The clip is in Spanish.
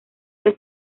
que